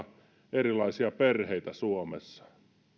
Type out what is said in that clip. erilaisia perheitä suomessa